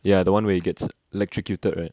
ya the one where he gets electrocuted right